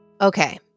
Okay